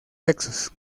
sexos